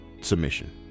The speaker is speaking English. submission